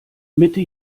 mitte